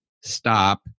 stop